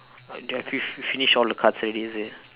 uh do you have you you finish all the cards already is it